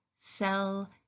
sell